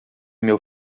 meu